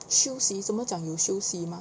休息怎么讲有休息吗